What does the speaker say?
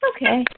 Okay